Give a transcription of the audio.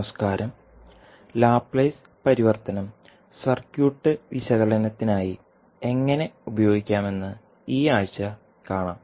നമസ്കാരം ലാപ്ലേസ് പരിവർത്തനം സർക്യൂട്ട് വിശകലനത്തിനായി എങ്ങനെ ഉപയോഗിക്കാമെന്ന് ഈ ആഴ്ച കാണാം